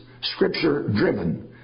Scripture-driven